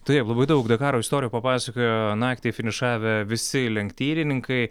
taip labai daug dakaro istoriją papasakojo naktį finišavę visi lenktynininkai